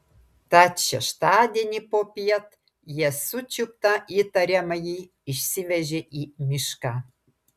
tad šeštadienį popiet jie sučiuptą įtariamąjį išsivežė į mišką